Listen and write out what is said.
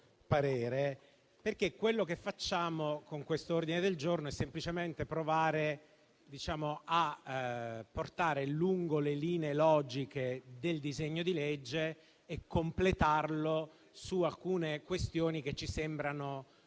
perché quello che facciamo con questo ordine del giorno è semplicemente provare a portare lungo le linee logiche il disegno di legge e completarlo su alcune questioni che ci sembrano non